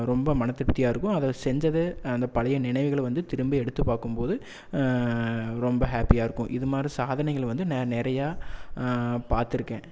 ரொம்ப மனத்திருப்தியாக இருக்கும் அதை செஞ்சது அந்த பழைய நினைவுகள் வந்து திரும்பி எடுத்து பார்க்கும்போது ரொம்ப ஹேப்பியாக இருக்கும் இது மாதிரி சாதனைகள் வந்து நெ நிறையா பார்த்துருக்கேன்